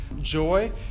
joy